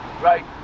right